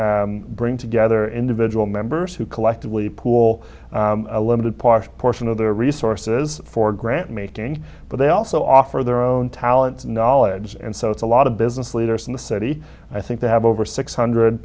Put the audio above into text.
bring together individual members who collectively pool a limited partial portion of their resources for grant making but they also offer their own talents and knowledge and so it's a lot of business leaders in the city and i think they have over six hundred